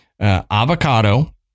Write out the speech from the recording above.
avocado